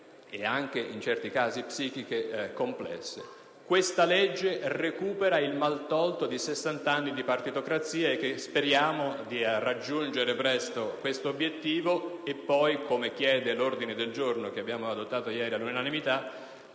e anche, in certi casi, psichiche complesse. Questa legge recupera il maltolto di sessant'anni di partitocrazia. Speriamo di raggiungere presto questo obiettivo, ma saranno le istituzioni, come chiede l'ordine del giorno che abbiamo adottato ieri all'unanimità,